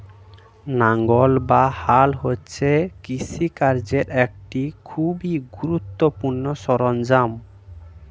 লাঙ্গল বা হাল হচ্ছে কৃষিকার্যের একটি খুবই গুরুত্বপূর্ণ সরঞ্জাম